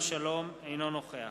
אינו נוכח